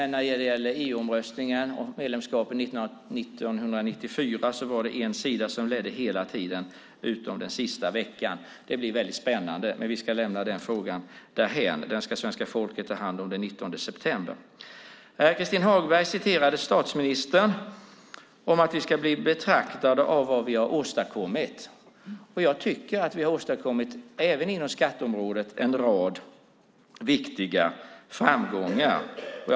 När det gäller omröstningen om EU-medlemskap år 1994 var det en sida som ledde hela tiden utom den sista veckan. Det blir väldigt spännande, men vi ska lämna den frågan därhän. Den ska svenska folket ta hand om den 19 september. Christin Hagberg refererade det statsministern sade om att vi ska bli betraktade efter vad vi har åstadkommit. Jag tycker att vi har åstadkommit en rad viktiga framgångar även inom skatteområdet.